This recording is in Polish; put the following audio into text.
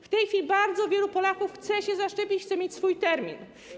W tej chwili bardzo wielu Polaków chce się zaszczepić, chce mieć swój termin.